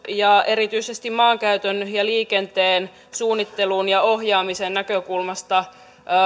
ja erityisesti maankäytön ja liikenteen suunnittelun ja ohjaamisen näkökulmasta